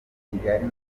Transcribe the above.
kigali